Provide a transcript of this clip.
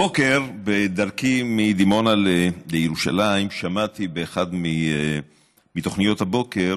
הבוקר בדרכי מדימונה לירושלים שמעתי באחת מתוכניות הבוקר